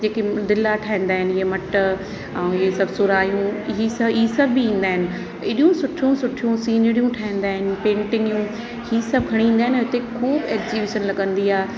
जेके दिल्लां ठाहींदा आहिनि इहे मट ऐं हीअ सभु सुराहियूं हीअ सभु ई सभु बि ईंदा आहिनि अहिॾियूं सुठियूं सुठियूं सीनरियूं ठाहींदा आहिनि पेंटिगिंयूं हीअ सभु खणी ईंदा आहिनि ऐं हिते खूब एग्जीबिशन लॻंदी आहे